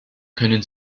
können